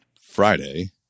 Friday